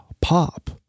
pop